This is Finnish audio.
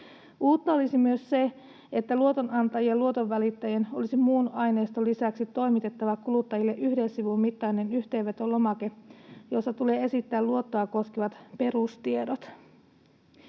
Uutta olisi myös se, että luotonantajien ja luotonvälittäjien olisi muun aineiston lisäksi toimitettava kuluttajille yhden sivun mittainen yhteenvetolomake, jossa tulee esittää luottoa koskevat perustiedot.